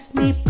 the